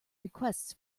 requests